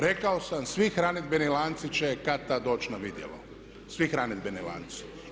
Rekao sam svi hranidbeni lanci će kad-tad doći na vidjelo, svi hranidbeni lanci.